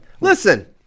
Listen